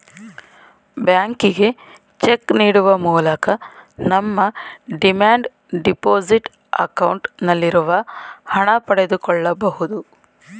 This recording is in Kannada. ಬ್ಯಾಂಕಿಗೆ ಚೆಕ್ ನೀಡುವ ಮೂಲಕ ನಮ್ಮ ಡಿಮ್ಯಾಂಡ್ ಡೆಪೋಸಿಟ್ ಅಕೌಂಟ್ ನಲ್ಲಿರುವ ಹಣ ಪಡೆದುಕೊಳ್ಳಬಹುದು